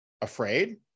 afraid